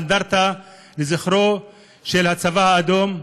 באנדרטה לזכרו של הצבא האדום.